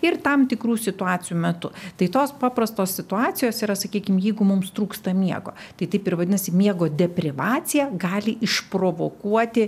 ir tam tikrų situacijų metu tai tos paprastos situacijos yra sakykim jeigu mums trūksta miego tai taip ir vadinasi miego deprivacija gali išprovokuoti